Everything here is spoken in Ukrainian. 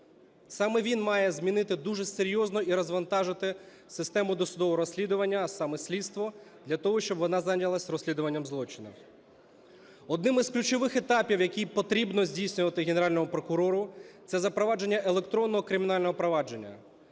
Саме він має змінити дуже серйозно і розвантажити систему досудового розслідування, а саме слідство для того, щоб вона зайнялась розслідуванням злочинів. Одним із ключових етапів, який потрібно здійснювати Генеральному прокурору, - це запровадження електронного кримінального провадження.